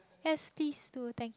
yes please do thanks